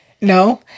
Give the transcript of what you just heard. No